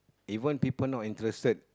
even people not interested